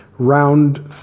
round